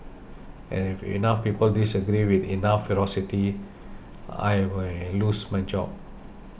and if enough people disagree with enough ferocity I may well lose my job